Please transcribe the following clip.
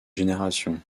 génération